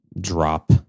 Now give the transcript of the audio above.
drop